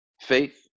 Faith